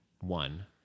one